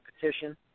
petition